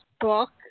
book